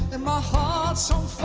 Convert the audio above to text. and my heart's